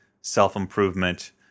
self-improvement